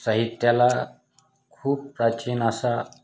साहित्याला खूप प्राचीन असा